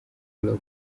groove